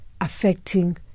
affecting